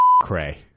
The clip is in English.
cray